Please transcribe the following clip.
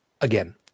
again